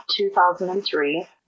2003